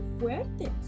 fuertes